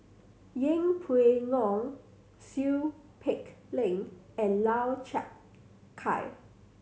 Yeng Pway Ngon Seow Peck Leng and Lau Chiap Khai